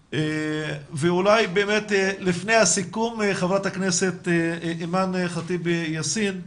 אולי באמת לפני הסיכום תדבר ח"כ אימאן ח'טיב יאסין,